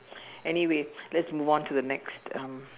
anyway let's move on to the next um